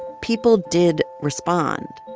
people did respond.